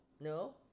No